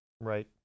right